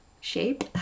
shape